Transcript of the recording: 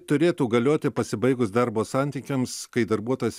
turėtų galioti pasibaigus darbo santykiams kai darbuotojas